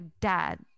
dad